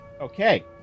Okay